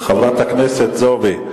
חברת הכנסת זועבי,